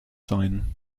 sein